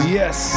yes